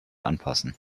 anpassen